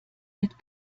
mit